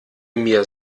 mir